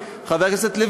חבר הכנסת סלומינסקי,